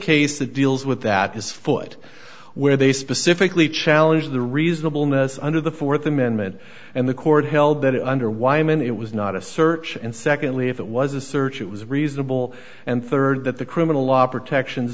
case that deals with that is foot where they specifically challenge the reasonable ness under the fourth amendment and the court held that under weimann it was not a search and secondly if it was a search it was reasonable and third that the criminal law protections